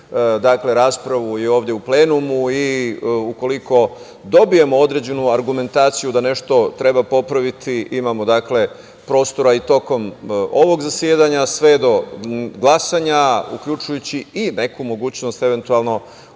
saslušati raspravu ovde u plenumu i ukoliko dobijemo određenu argumentaciju da nešto treba popraviti, imamo prostora i tokom ovog zasedanja sve do glasanja, uključujući i neku mogućnost odborskog